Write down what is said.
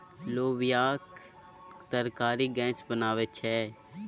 लोबियाक तरकारी गैस बनाबै छै